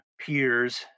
peers